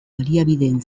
baliabideen